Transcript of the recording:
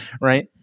right